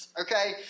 okay